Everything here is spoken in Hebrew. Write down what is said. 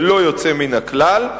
ללא יוצא מן הכלל,